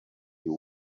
you